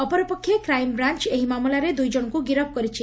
ଅପରପକ୍ଷେ କ୍ରାଇମ୍ବ୍ରାଞ୍ ଏହି ମାମଲାରେ ଦୁଇଜଣଙ୍କୁ ଗିରଫ କରିଛି